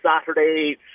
Saturday